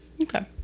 Okay